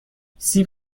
سیب